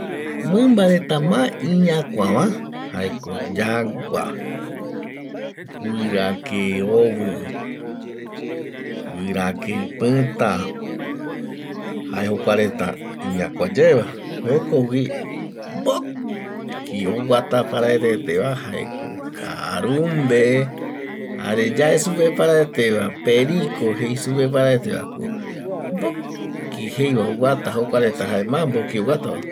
Mimba reta ma iñakua va jaeko yagua guira keovi guira kepita jae jokua reta iñakuayeva jokogui mboki oguata paraeteteva jaeko karumbe jare yae supe paraeteva perico jeisupe paraete vako mboki jeiva oguata jokua reta jae ma mboki oguatava